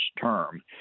term